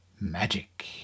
Magic